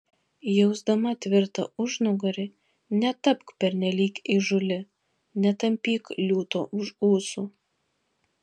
jausdama tvirtą užnugarį netapk pernelyg įžūli netampyk liūto už ūsų